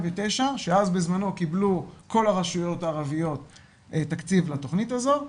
שאז בזמנו קיבלו כל הרשויות הערביות תקציב לתכנית הזאת,